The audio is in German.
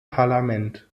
parlament